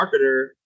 marketer